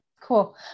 cool